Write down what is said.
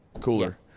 cooler